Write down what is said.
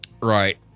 Right